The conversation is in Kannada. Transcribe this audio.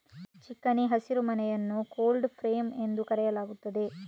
ಚಿಕಣಿ ಹಸಿರುಮನೆಯನ್ನು ಕೋಲ್ಡ್ ಫ್ರೇಮ್ ಎಂದು ಕರೆಯಲಾಗುತ್ತದೆ